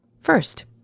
First